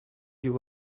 you